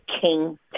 King